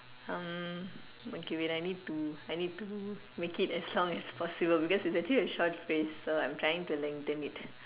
um okay wait I need to I need to make it as long as possible because it's actually a short phrase so I'm trying to lengthen it